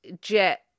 jet